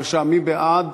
מי בעד